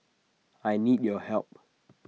I need your help